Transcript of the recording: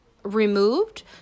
removed